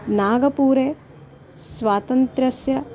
नागपुरे स्वातन्त्र्यस्य